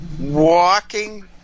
walking